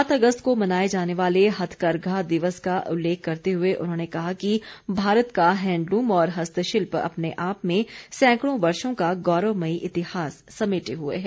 सात अगस्त को मनाए जाने वाले हथकरघा दिवस का उल्लेख करते हुए उन्होंने कहा कि भारत का हैंडलूम और हस्तशिल्प अपने आप में सैंकड़ों वर्षो का गौरवमयी इतिहास समेटे हुए है